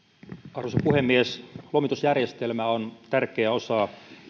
arvoisa puhemies lomitusjärjestelmä on tärkeä osa